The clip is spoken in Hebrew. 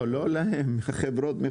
לא לא להם, לחברות.